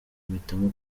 mpitamo